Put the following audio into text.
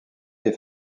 des